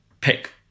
pick